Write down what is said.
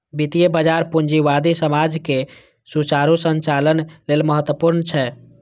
वित्तीय बाजार पूंजीवादी समाजक सुचारू संचालन लेल महत्वपूर्ण छै